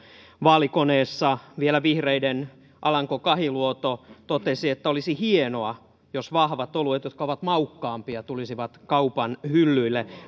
vaalikoneessa vihreiden alanko kahiluoto totesi että olisi hienoa jos vahvat oluet jotka ovat maukkaampia tulisivat kaupan hyllyille